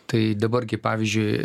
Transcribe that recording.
tai dabar gi pavyzdžiui